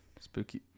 spooky